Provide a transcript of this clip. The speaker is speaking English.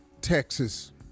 Texas